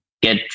get